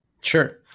Sure